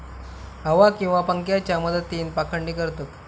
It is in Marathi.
हवा किंवा पंख्याच्या मदतीन पाखडणी करतत